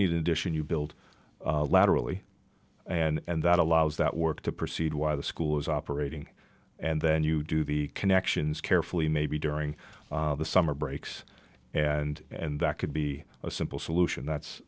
need addition you build laterally and that allows that work to proceed why the school is operating and then you do the connections carefully maybe during the summer breaks and and that could be a simple solution that's